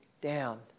down